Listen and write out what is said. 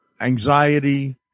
anxiety